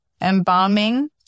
embalming